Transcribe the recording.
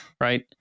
Right